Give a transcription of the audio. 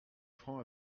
francs